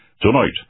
Tonight